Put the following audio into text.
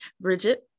Bridget